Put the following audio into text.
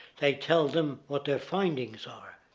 they tell them what their findings are.